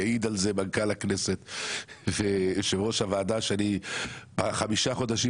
יעיד על זה מנכ"ל הכנסת ויושב-ראש הוועדה שב-5 חודשים